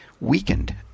weakened